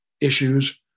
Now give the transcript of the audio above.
issues